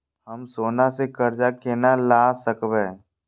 हम सोना से कर्जा केना लाय सकब?